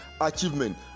achievement